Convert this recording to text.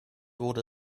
wurde